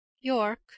York